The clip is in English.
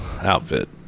outfit